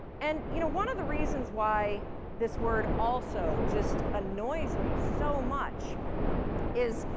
and you know one of the reasons why this word also just annoys me so much is,